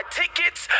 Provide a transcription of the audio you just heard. tickets